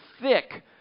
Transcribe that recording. thick